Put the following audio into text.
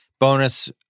Bonus